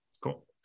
Cool